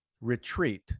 retreat